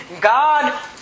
God